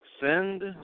send